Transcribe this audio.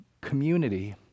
community